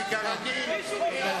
מישהו בש"ס יכול להגיד את זה עכשיו?